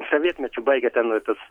sovietmečiu baigė ten tas